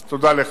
אז תודה לך,